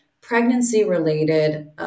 pregnancy-related